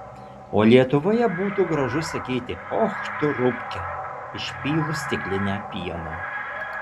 o lietuvoje būtų gražu sakyti och tu rupke išpylus stiklinę pieno